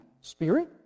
Spirit